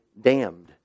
damned